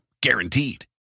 guaranteed